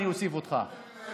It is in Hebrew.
אני אוסיף אותך,